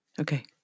Okay